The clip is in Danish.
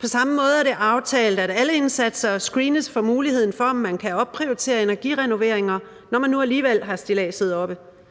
På samme måde er det aftalt, at alle indsatser screenes for muligheden for, at man kan opprioritere energirenoveringer, når man nu alligevel har stilladset oppe.